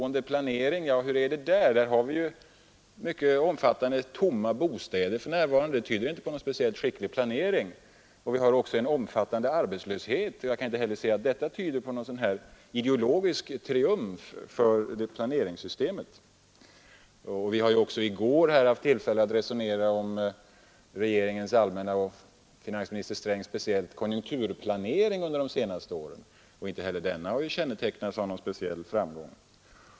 Hur ligger det till där? Ja, vi har många tomma bostäder för närvarande, och det tyder inte på någon skicklig planering. Vi har också en omfattande arbetslöshet, och jag kan inte se att heller detta innebär någon ideologisk triumf för planeringssystemet. Vi hade i går tillfälle att resonera om regeringens och speciellt finansministerns allmänna konjunkturplanering under de senaste åren. Inte heller denna kan kännetecknas som någon speciell framgång.